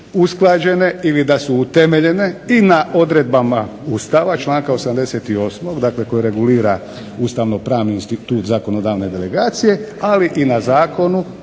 usklađene ili da su utemeljene i na odredbama Ustava, članka 88. dakle koji regulira ustavnopravni institut zakonodavne delegacije ali i na zakonu